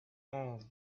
all